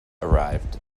arrived